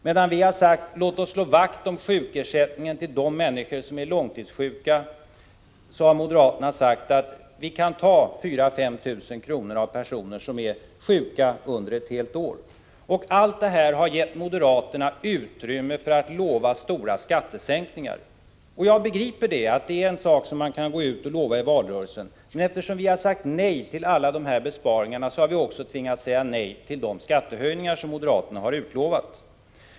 Medan vi har sagt: låt oss slå vakt om sjukersättningen till de människor som är långtidssjuka, så har moderaterna sagt att vi kan ta 4 000 å 5 000 kr. av personer som är sjuka under ett helt år. Allt detta har gett moderaterna utrymme för att lova stora skattesänkningar. Jag begriper att det är en sak som man kan gå ut och lova i valrörelsen, men eftersom vi har sagt nej till alla dessa besparingar har vi också tvingats säga nej till de skattesänkningar som moderaterna har utlovat.